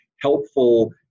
helpful